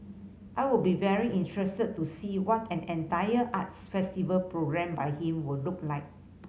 I would be very interested to see what an entire arts festival programmed by him would look like